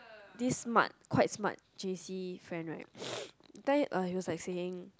this smart quite smart j_c friend right tell you uh he was like saying